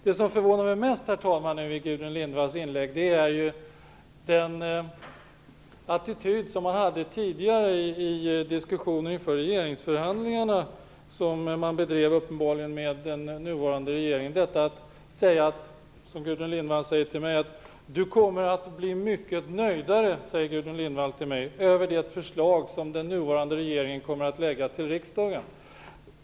Det som förvånar mig mest i Gudrun Lindvalls inlägg gäller den attityd Miljöpartiet tidigare hade i diskussionen inför de regeringsförhandlingar som man uppenbarligen har bedrivit med den nuvarande regeringen. Gudrun Lindvall säger till mig att Lennart Daléus kommer att bli mycket nöjdare över det förslag som den nuvarande regeringen kommer att lägga fram till riksdagen.